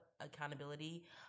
accountability